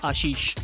Ashish